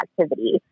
activity